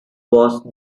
was